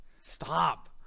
Stop